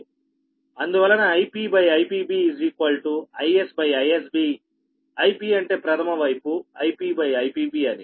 అందువలన IpIpB IsIsBIp అంటే ప్రధమ వైపు IpIpB అని